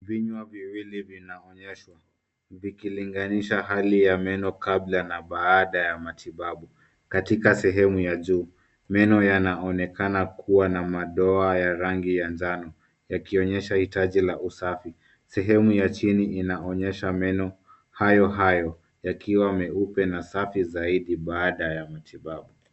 Vinywaji viwili vinaonyeshwa. Vikilinganisha hali ya meno kabla na baada ya matibabu. Katika sehemu ya juu, meno yanaonekana kuwa na madoa ya rangi ya jano, Yakionyesha hitaji la usafi. Sehemu ya chini inaonyesha meno hayo hayo yakiwa meupe na safi zaidi baada ya matibabu.